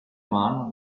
man